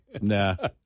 Nah